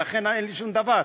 ולכן אין לי שום דבר,